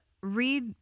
read